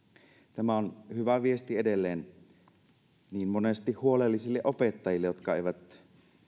tämä on hyvä viesti edelleen niin monesti huolellisille opettajille jotka eivät